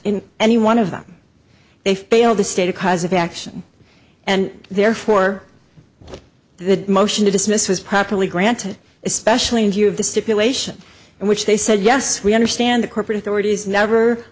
in any one of them they failed to state a cause of action and therefore the motion to dismiss was properly granted especially in view of the stipulation in which they said yes we understand the corporate authorities never